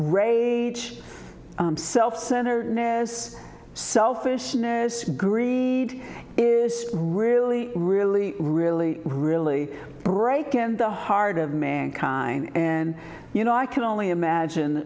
rage self center ness selfishness greed is really really really really break in the heart of mankind and you know i can only imagine